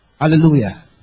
Hallelujah